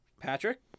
Patrick